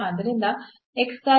ಆದ್ದರಿಂದ ಗಾಗಿ